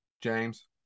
James